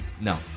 No